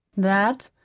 that?